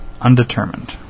Undetermined